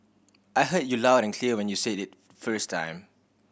I heard you loud and clear when you said it the first time